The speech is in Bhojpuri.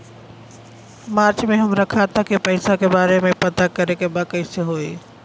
मार्च में हमरा खाता के पैसा के बारे में पता करे के बा कइसे होई?